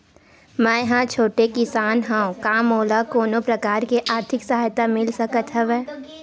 मै ह छोटे किसान हंव का मोला कोनो प्रकार के आर्थिक सहायता मिल सकत हवय?